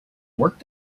work